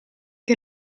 che